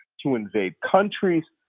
to invade countries,